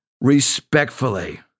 respectfully